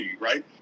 right